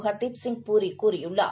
ஹர்தீப் சிங் பூரி கூறியுள்ளார்